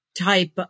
type